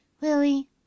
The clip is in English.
Willie